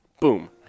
boom